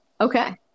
Okay